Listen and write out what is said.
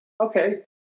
Okay